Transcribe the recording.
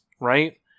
Right